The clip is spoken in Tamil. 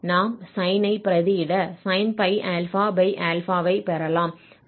நாம் சைன் ஐ பிரதியிட sinπ∝ பெறலாம்